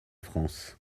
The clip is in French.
france